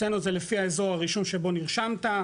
אצלנו זה לפי אזור הרישום שבו נרשמת,